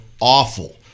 awful